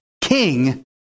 king